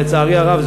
אבל לצערי הרב,